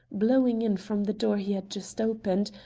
blowing in from the door he had just opened,